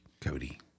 cody